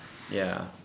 ya